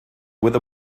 with